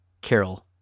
Carol